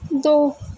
دو